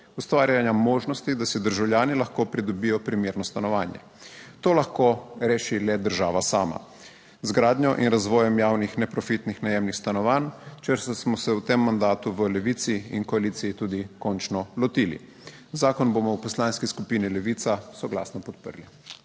ustvarjanja možnosti, da si državljani lahko pridobijo primerno stanovanje. To lahko reši le država sama z gradnjo in razvojem javnih, neprofitnih najemnih stanovanj, česar smo se v tem mandatu v Levici in koaliciji tudi končno lotili. Zakon bomo v Poslanski skupini Levica soglasno podprli.